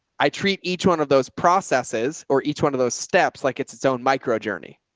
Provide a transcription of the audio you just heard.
i treat each one of those processes or each one of those steps, like it's its own micro journey.